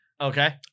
Okay